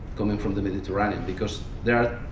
coming from the mediterranean. because there are